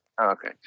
okay